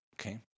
Okay